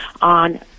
on